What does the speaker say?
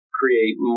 create